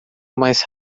mais